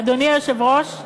אדוני היושב-ראש?